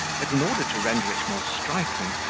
that, in order to render it more striking,